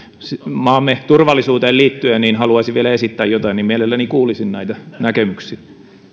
maamme turvallisuuteen liittyen haluaisi vielä esittää jotain mielelläni kuulisin näitä näkemyksiä